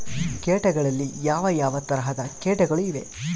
ಕೇಟಗಳಲ್ಲಿ ಯಾವ ಯಾವ ತರಹದ ಕೇಟಗಳು ಇವೆ?